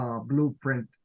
blueprint